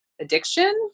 addiction